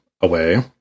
away